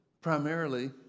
primarily